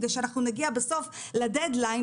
כדי שבסוף נגיע לדד ליין,